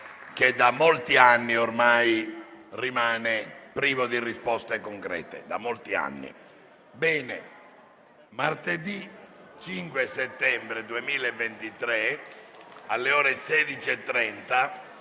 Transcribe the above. che da molti anni ormai rimane privo di risposte concrete.